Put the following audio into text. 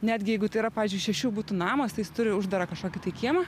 netgi jeigu tai yra pavyzdžiui šešių butų namas tai jis turi uždarą kažkokį tai kiemą